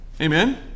Amen